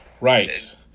Right